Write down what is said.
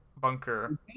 bunker